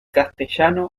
castellano